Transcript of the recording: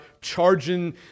charging